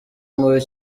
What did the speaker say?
mubi